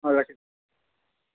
অ' ৰাখিছোঁ